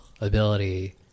ability